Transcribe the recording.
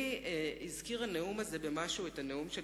לי הזכיר הנאום הזה במשהו את הנאום של